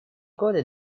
годы